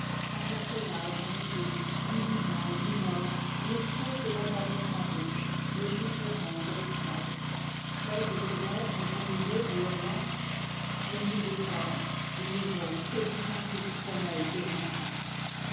un personnage ambigu ni vivant ni mort une espèce de vagabond farouche de juif errant de l'espace fait de ténèbres animées et hurlantes ennemi des arbres des maisons et du candide sommeil des enfants